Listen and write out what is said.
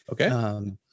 Okay